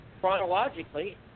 Chronologically –